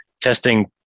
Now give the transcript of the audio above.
testing